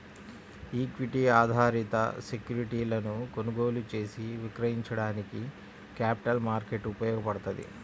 equity ఆధారిత సెక్యూరిటీలను కొనుగోలు చేసి విక్రయించడానికి క్యాపిటల్ మార్కెట్ ఉపయోగపడ్తది